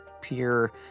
pure